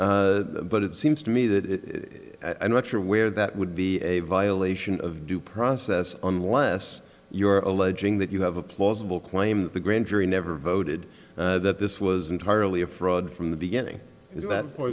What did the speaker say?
that but it seems to me that i'm not sure where that would be a violation of due process unless you are alleging that you have a plausible claim that the grand jury never voted that this was entirely a fraud from the beginning